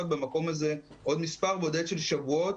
במקום הזה עוד מספר בודד של שבועות,